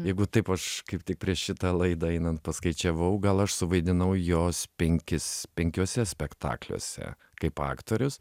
jeigu taip aš kaip tik prieš šitą laidą einan paskaičiavau gal aš suvaidinau jos penkis penkiuose spektakliuose kaip aktorius